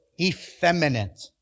Effeminate